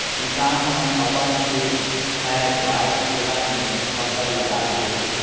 किसान मन अपन खेत खायर, बाड़ी कोला मे फसल लगाथे